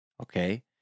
Okay